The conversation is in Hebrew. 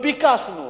וביקשנו